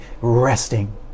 resting